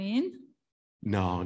no